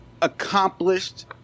accomplished